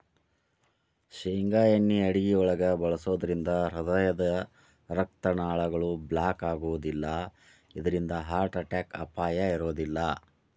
ಶೇಂಗಾ ಎಣ್ಣೆ ಅಡುಗಿಯೊಳಗ ಬಳಸೋದ್ರಿಂದ ಹೃದಯದ ರಕ್ತನಾಳಗಳು ಬ್ಲಾಕ್ ಆಗೋದಿಲ್ಲ ಇದ್ರಿಂದ ಹಾರ್ಟ್ ಅಟ್ಯಾಕ್ ಅಪಾಯ ಇರೋದಿಲ್ಲ